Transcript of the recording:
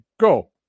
go